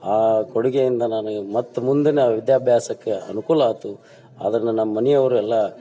ಆ ಕೊಡುಗೆಯಿಂದ ನನಗೆ ಮತ್ತು ಮುಂದಿನ ವಿದ್ಯಾಭ್ಯಾಸಕ್ಕೆ ಅನುಕೂಲ ಆಯ್ತು ಆದ್ರ ನನ್ನ ಮನಿಯವ್ರು ಎಲ್ಲ